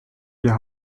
wir